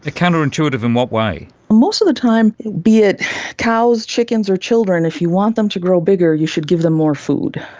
ah counterintuitive in what way? most of the time, be it cows, chickens or children, if you want them to grow bigger you should give them more food.